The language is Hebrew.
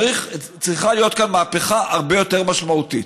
שצריכה להיות כאן מהפכה הרבה יותר משמעותית.